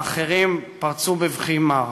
האחרים פרצו בבכי מר.